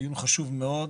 דיון חשוב מאוד.